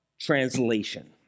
translation